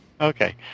Okay